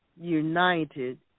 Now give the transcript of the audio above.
united